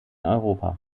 europa